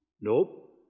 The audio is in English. Nope